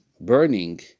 burning